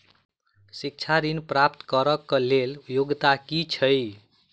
शिक्षा ऋण प्राप्त करऽ कऽ लेल योग्यता की छई?